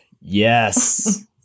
Yes